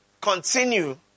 continue